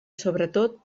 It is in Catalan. sobretot